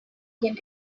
him